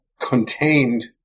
contained